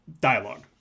dialogue